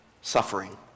suffering